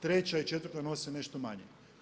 Treća i četvrta nose nešto manje.